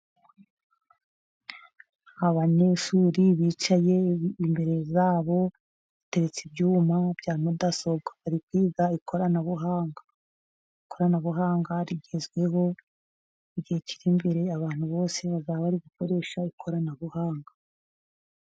Abanyeshuri bicaye imbere yabo hateretse ibyuma bya mudasobwa ari kwiga ikoranabuhanga, ikoranabuhanga rigezweho igihe kiri imbere abantu bose bazaba bari gukoresha ikoranabuhanga.